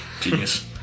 Genius